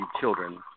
children